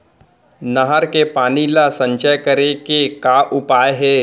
नहर के पानी ला संचय करे के का उपाय हे?